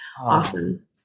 Awesome